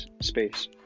space